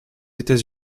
etats